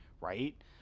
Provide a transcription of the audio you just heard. Right